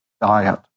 diet